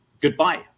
goodbye